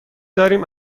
داریم